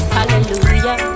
Hallelujah